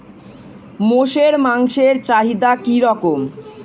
মোষের মাংসের চাহিদা কি রকম?